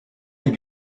les